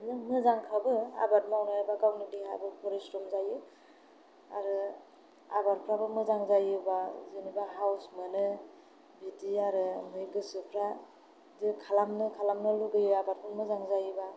बिदिनो मोजांखाबो आबाद मावनाया गावनि थाखायबो गावनि देहाबो परिस्रम जायो आरो आबादफ्राबो मोजां जायोब्ला जेनेबा हाउस मोनो बिदि आरो गोसोफ्रा खालामनो खालामनो लुबैयो आबादफोरा मोजां जायोब्ला